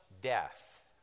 death